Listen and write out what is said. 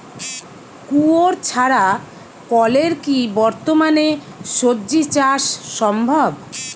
কুয়োর ছাড়া কলের কি বর্তমানে শ্বজিচাষ সম্ভব?